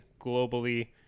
globally